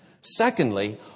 Secondly